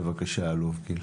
בבקשה, האלוף גיל.